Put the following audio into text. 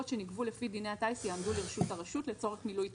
שנגבו לפי דיני הטיס יעמדו לרשות הרשות לצורך מילוי תפקידיה,